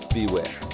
Beware